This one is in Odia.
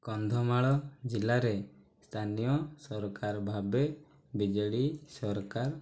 କନ୍ଧମାଳ ଜିଲ୍ଲାରେ ସ୍ଥାନୀୟ ସରକାର ଭାବେ ବିଜେଡ଼ି ସରକାର